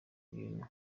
abantu